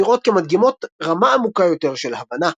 נראות כמדגימות רמה עמוקה יותר של "הבנה".